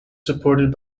supported